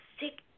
sick